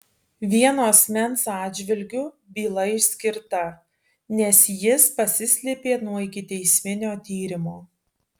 vieno asmens atžvilgiu byla išskirta nes jis pasislėpė nuo ikiteisminio tyrimo